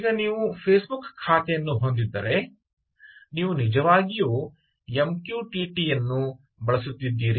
ಈಗ ನೀವು ಫೇಸ್ಬುಕ್ ಖಾತೆಯನ್ನು ಹೊಂದಿದ್ದರೆ ನೀವು ನಿಜವಾಗಿಯೂ ಎಂ ಕ್ಯೂ ಟಿ ಟಿ ಅನ್ನು ಬಳಸುತ್ತಿದ್ದೀರಿ